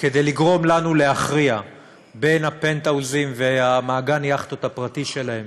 כדי לגרום לנו להכריע בין הפנטהאוזים ומעגן היאכטות הפרטי שלהם